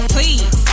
Please